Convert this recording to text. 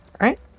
right